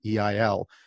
EIL